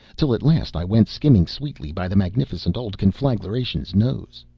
till at last i went skimming sweetly by the magnificent old conflagration's nose.